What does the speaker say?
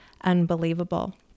Unbelievable